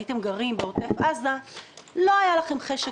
הייתם גרים בעוטף עזה לא היה לכם חשק